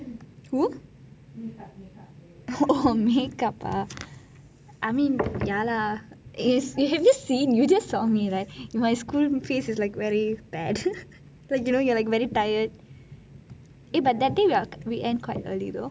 who O makeup ah I mean ya lah have you seen you just saw me right my school face is like very bad like you know very tired but that day we end quite early though